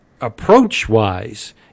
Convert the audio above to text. approach-wise